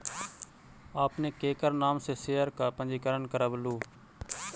आपने केकर नाम से शेयर का पंजीकरण करवलू